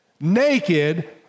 naked